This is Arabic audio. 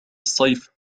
الصيف